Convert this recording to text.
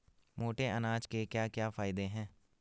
मोटे अनाज के क्या क्या फायदे हैं?